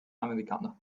americano